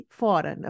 fora